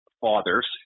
fathers